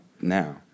now